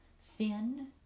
thin